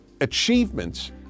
achievements